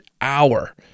hour